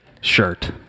shirt